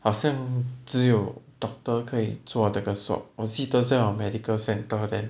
好像只有 doctor 可以做那个 swab 我记得在我 medical centre then